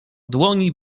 dłoni